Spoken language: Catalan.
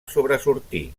sobresortir